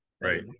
right